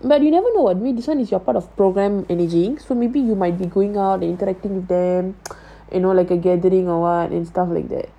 so but you never know [what] maybe is your part of programme energy for maybe you might be going out the interacting with them you know like a gathering or what and stuff like that